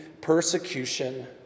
persecution